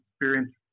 experience